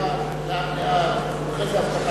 הרעיון "מותר האדם מן הבהמה" זה הידיעה,